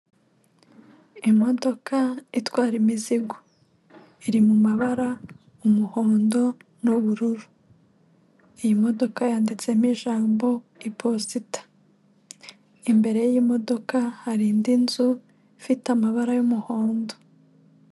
Imodoka itwara imizigo iri mu mabara umuhondo n'ubururu. Iyi modoka yanditsemo ijambo iposita, imbere y'iyi modoka hari indi nzu ifite amabara y'umuhondo.